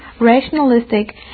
rationalistic